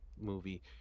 movie